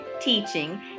teaching